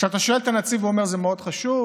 כשאתה שואל את הנציב, הוא אומר: זה מאוד חשוב,